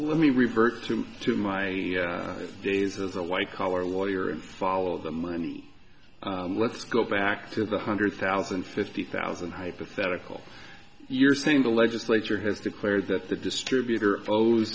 let me revert to my days as a white collar lawyer and follow the money let's go back to the hundred thousand fifty thousand hypothetical you're saying the legislature has declared that the distributor